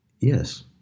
Yes